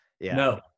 No